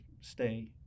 stay